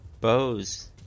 bows